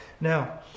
Now